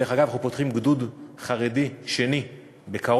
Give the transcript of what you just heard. דרך אגב, אנחנו פותחים גדוד חרדי שני בקרוב.